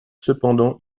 cependant